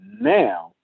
now